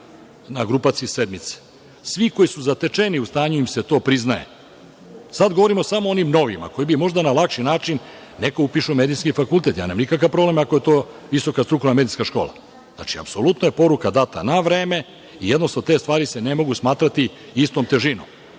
na grupaciji sedmice. Svi koji su zatečeni, to im se priznaje, sada govorimo samo onim novima koji bi možda na lakši način, neka upišu Medicinski fakultet, ja nemam nikakav problem ako je to visoka strukovna medicinska škola. Znači, apsolutno je poruka data na vreme i jednostavno se te stvari ne mogu smatrati istom težinom.